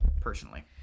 personally